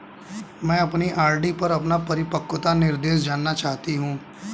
मैं अपनी आर.डी पर अपना परिपक्वता निर्देश जानना चाहती हूँ